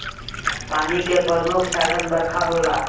पानी के प्रमुख साधन बरखा होला